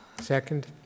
Second